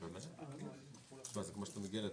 כן, נודיע כך למי שיהיה זכאי.